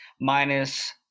minus